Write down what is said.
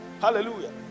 Hallelujah